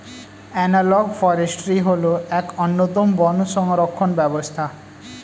analogue forestry হল এক অন্যতম বন সংরক্ষণ ব্যবস্থা